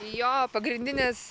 jo pagrindinis